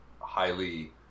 highly